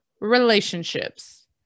relationships